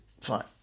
Fine